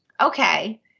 okay